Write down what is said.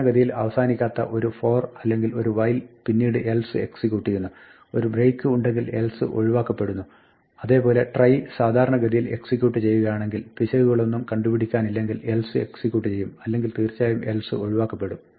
സാധാരണഗതിയിൽ അവസാനിക്കാത്ത ഒരു for അല്ലെങ്കിൽ ഒരു while പിന്നീട് else എക്സിക്യൂട്ട് ചെയ്യുന്നു ഒരു break ഉണ്ടെങ്കിൽ else ഒഴിവാക്കപ്പെടുന്നു അതേപോലെ try സാധാരണ ഗതിയിൽ എക്സിക്യൂട്ട് ചെയ്യുകയാണെങ്കിൽ പിശകുകളൊന്നും കണ്ടുപിടിക്കുവാനില്ലെങ്കിൽ else എക്സിക്യൂട്ട് ചെയ്യും അല്ലെങ്കിൽ തീർച്ചയായിട്ടും else ഒഴിവാക്കപ്പെടും